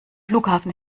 flughafen